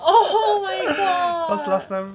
oh my god